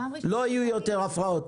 לא יהיו יותר הפרעות.